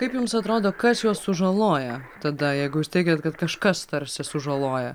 kaip jums atrodo kas juos sužaloja tada jeigu jūs teigiat kad kažkas tarsi sužaloja